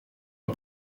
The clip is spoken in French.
des